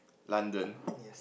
London